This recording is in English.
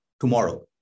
tomorrow